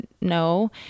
no